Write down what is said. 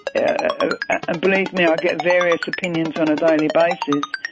ah and believe me, i get various opinions on a daily basis,